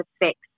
effects